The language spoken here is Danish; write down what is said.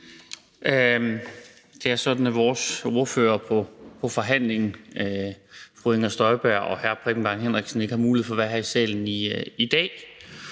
at vores ordførere på forhandlingen, fru Inger Støjberg og hr. Preben Bang Henriksen, ikke har mulighed for at være her i salen i dag,